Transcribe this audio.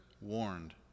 Warned